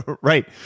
Right